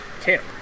camp